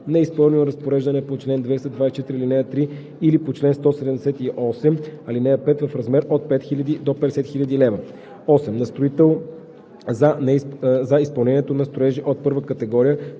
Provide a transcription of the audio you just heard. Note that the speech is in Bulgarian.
неизпълнил разпореждане по чл. 224, ал. 3 или по чл. 178, ал. 5 – в размер от 5000 до 50 000 лв.; 8. на строител, за изпълнението на строежи от първа категория,